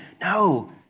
No